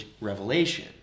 revelation